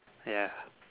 ya